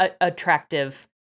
attractive